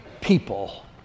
people